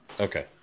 Okay